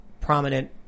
prominent